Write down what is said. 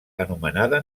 anomenada